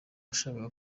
washakaga